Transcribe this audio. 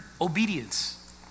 obedience